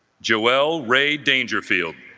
joelle ray dangerfield